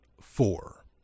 four